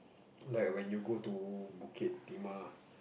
like when you go to Bukit-Timah